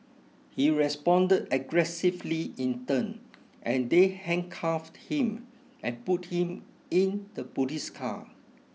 he responded aggressively in turn and they handcuffed him and put him in the police car